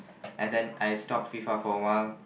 and then I stop FIFA for awhile